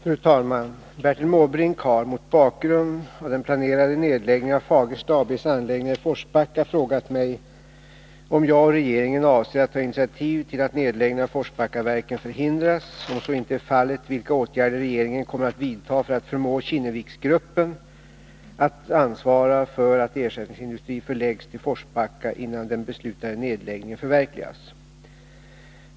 Fru talman! Bertil Måbrink har — mot bakgrund av den planerade nedläggningen av Fagersta AB:s anläggningar i Forsbacka frågat mig — om jag och regeringen avser att ta initiativ till att nedläggningen av Forsbackaverken förhindras, — om så inte är fallet, vilka åtgärder regeringen kommer att vidta för att förmå Kinneviksgruppen att ansvara för att ersättningsindustri förläggs till Forsbacka innan den beslutade nedläggningen förverkligas.